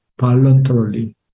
voluntarily